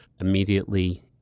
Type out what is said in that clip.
immediately